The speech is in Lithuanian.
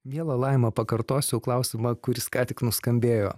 miela laima pakartosiu klausimą kuris ką tik nuskambėjo